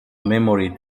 memory